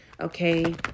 okay